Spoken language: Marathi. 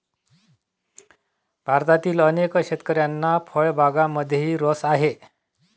भारतातील अनेक शेतकऱ्यांना फळबागांमध्येही रस आहे